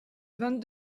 vingt